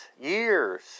Years